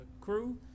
crew